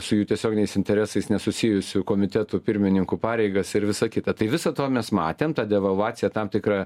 su jų tiesioginiais interesais nesusijusių komitetų pirmininkų pareigas ir visa kita tai visa to mes matėm devalvacija tam tikra